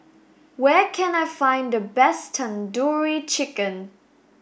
where can I find the best Tandoori Chicken